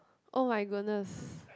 [oh]-my-goodness